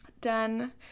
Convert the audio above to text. done